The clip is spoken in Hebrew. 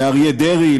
לאריה דרעי,